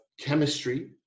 chemistry